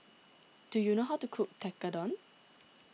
do you know how to cook Tekkadon